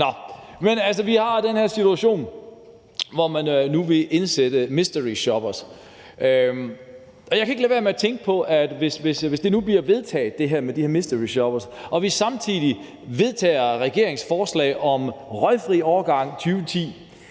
vi har altså den her situation med, at man nu vil indsætte mysteryshoppere, og jeg kan ikke lade være med at tænke på, at hvis nu det med de her mysteryshoppere bliver vedtaget og vi samtidig vedtager regeringens forslag om en røgfri årgang 2010,